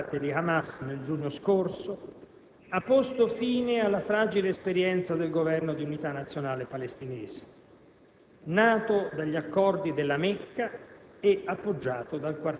Lasciatemi dedicare alcune riflessioni a questo tema che continuerà ad assorbire le energie dell'Italia, dell'Unione Europea, degli Stati Uniti e dei Paesi arabi.